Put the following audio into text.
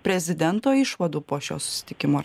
prezidento išvadų po šio susitikimo